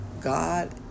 God